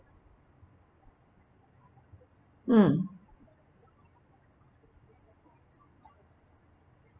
mm